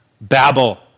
Babel